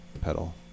pedal